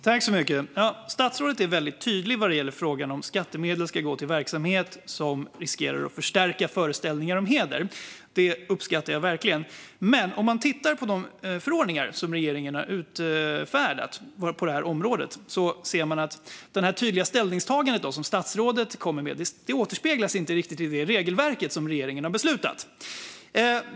Herr talman! Statsrådet är väldigt tydlig i fråga om huruvida skattemedel ska gå till verksamheter som riskerar att förstärka föreställningar om heder - det uppskattar jag verkligen. Men om man tittar på de förordningar som regeringen har utfärdat på detta område ser man att det tydliga ställningstagande som statsrådet kommer med inte riktigt återspeglas i det regelverk som regeringen har beslutat om.